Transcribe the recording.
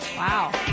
Wow